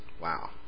Wow